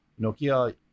Nokia